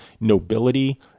nobility